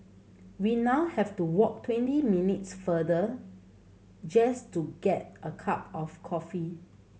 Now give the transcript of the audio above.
we now have to walk twenty minutes farther just to get a cup of coffee